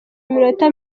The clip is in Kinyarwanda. iminota